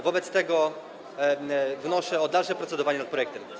Wobec tego wnoszę o dalsze procedowanie nad projektem.